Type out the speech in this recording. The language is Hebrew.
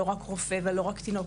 לא רק רופא ולא רק תינוק,